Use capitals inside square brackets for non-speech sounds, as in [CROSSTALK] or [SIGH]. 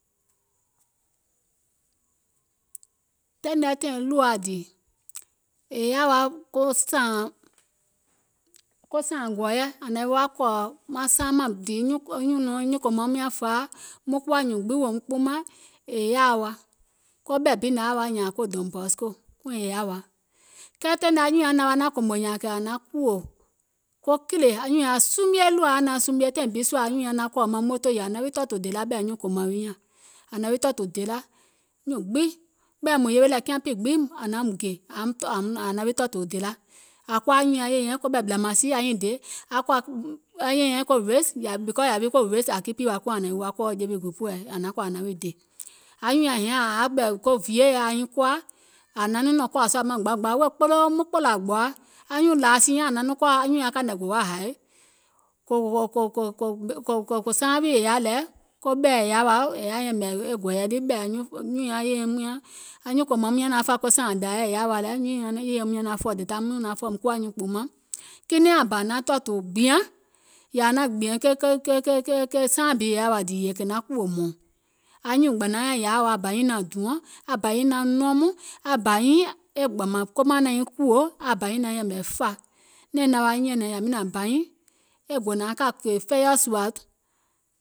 Taìŋ nɛ tȧìŋ ɗùwȧa dìì, è yaȧ wa sȧȧŋ gɔ̀ɔ̀yɛ, ȧŋ naŋ wi wa kɔ̀ɔ̀ maŋ saaŋ mȧŋ dìì anyuùŋ kòmȧuŋ nyȧŋ fȧ muŋ kuwa nyùùŋ gbiŋ wèè woum kpuumȧŋ è yaȧa wa, koɓɛ̀ bi nȧŋ yaȧ wa nyȧȧŋ ko donbosco kuŋ è yaȧ wa, kɛɛ taìŋ nɛ anyùùŋ nyaŋ kȧȧ taìŋ nɛ naŋ wa naȧŋ kòmò nyȧȧŋ ȧŋ naŋ kùwò ko kìlè anyùùŋ nyaŋ yaȧ sumie e ɗùȧa taìŋ bi sùȧ anyuùŋ nyaŋ naŋ kɔ̀ɔ̀ maŋ motò ȧŋ naŋ wi tɔ̀ɔ̀tù dèla ɓɛ̀ nyuùŋ kòmaŋ nyȧŋ, ȧŋ naŋ wi tɔ̀ɔ̀tù dèla, nyùùŋ gbiŋ, kiȧŋpì gbiŋ ɓɛ̀i mùŋ yewe lɛ̀, ȧŋ koȧ nyùùŋ nyaŋ yè nyɛɛ̀ŋ ɓɛ̀ ɓìlȧmȧŋsi aum dè, aŋ kòȧ aŋ yè nyɛɛ̀ŋ ko ricks because yàwi ko ricks ȧŋ kipì wa kuuŋ ȧŋ naŋ wi wa kɔɔ̀ jewi groupìɛ ȧŋ naŋ kɔ̀ ȧŋ naŋ wi dè, aŋ nyùùŋ nyaŋ yè nyɛɛ̀ŋ ȧŋ yaȧ ɓɛ̀ voa aŋ nyiŋ koà, ȧŋ naŋ nɔ̀ŋ kòȧ sùȧ maŋ gbaagbaa wèè kpoloo muŋ kpòlȧ gbòa anyuùŋ lȧȧsì nyaŋ ȧŋ nȧŋ nɔŋ kɔɔ̀ anyùùŋ nyaŋ kàìŋ nɛ gò wa haì [UNINTELLIGIBLE] kinɛiŋ aŋ bȧ naŋ tɔ̀ɔ̀tù gbìaŋ yèè ȧŋ naŋ gbìȧŋ ke saaŋ bi è yaȧ wa dìì yèè kè naŋ kùwò hmɔ̀ɔ̀ŋ, a nyuùŋ gbȧnaŋ nyàŋ yȧa wa aŋ naŋ dùɔ̀ŋ, a bȧ nyiŋ nɔŋ nɔɔmùŋ, a bȧ nyiŋ e gbȧmȧŋ komaŋ naŋ nyiŋ kùwò, aŋ bȧ nyiŋ naŋ yɛ̀mɛ̀ fȧa, nɛ̀ɛŋ naŋ wa nyɛ̀nɛ̀ŋ yȧwi nȧȧŋ bȧ nyiŋ e gò nȧaŋ kȧ kèè fɛiɔ̀ sùȧ